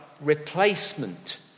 replacement